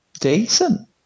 decent